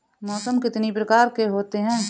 मौसम कितनी प्रकार के होते हैं?